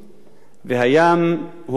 ראש הממשלה שמיר.